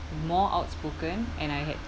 more outspoken and I had